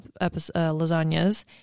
lasagnas